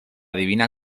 divina